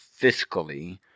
fiscally